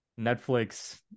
Netflix